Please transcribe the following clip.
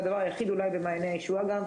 ומעייני הישועה גם,